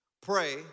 pray